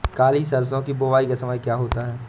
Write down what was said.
काली सरसो की बुवाई का समय क्या होता है?